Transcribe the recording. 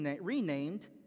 renamed